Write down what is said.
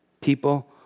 people